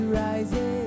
rising